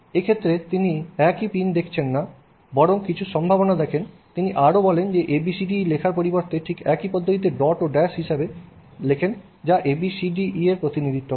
এক্ষেত্রে তিনি একটি পিনই দেখছেন না বরং কিছু সম্ভাবনা দেখেন এবং তিনি আরো বলেন ABCDE টি লেখার পরিবর্তে ঠিক একই পদ্ধতিতে ডট ও ড্যাশ হিসাবে লেখেন যা ABCD এবং E এর প্রতিনিধিত্ব করে